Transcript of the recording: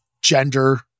gender